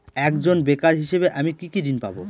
একজন বেকার হিসেবে আমি কি কি ঋণ পাব?